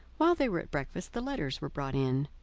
while they were at breakfast the letters were brought in.